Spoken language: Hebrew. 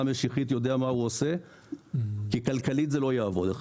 משיחית יודע מה הוא עושה כי כלכלית זה לא יעבוד.